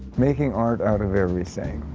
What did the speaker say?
making art out of everything,